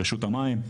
רשות המים.